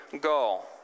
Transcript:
goal